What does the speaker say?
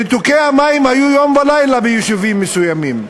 ניתוקי המים היו יום ולילה ביישובים מסוימים,